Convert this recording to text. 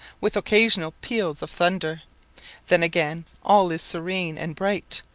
with occasional peals of thunder then again all is serene and bright,